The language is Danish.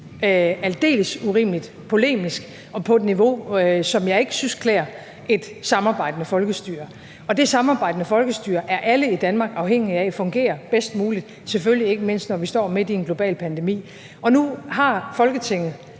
aldeles urimeligt, polemisk og på et niveau, som jeg ikke synes klæder et samarbejdende folkestyre. Det samarbejdende folkestyre er alle i Danmark afhængige af fungerer bedst muligt, selvfølgelig ikke mindst når vi står midt i en global pandemi. Og nu har Folketinget